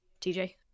tj